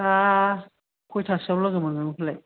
दा खयथासोयाव लोगो मोनगोन बेखौलाय